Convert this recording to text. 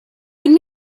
could